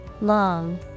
Long